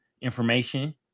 information